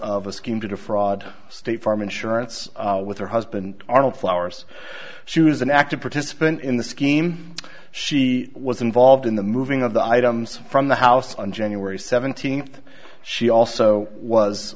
defraud state farm insurance with her husband arnold flowers she was an active participant in the scheme she was involved in the moving of the items from the house on january seventeenth she also was